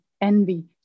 envy